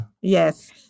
yes